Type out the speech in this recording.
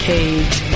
Cage